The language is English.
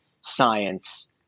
science